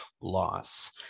loss